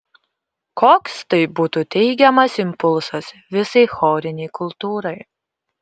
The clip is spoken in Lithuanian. koks tai būtų teigiamas impulsas visai chorinei kultūrai